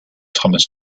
thomas